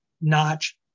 notch